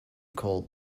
cold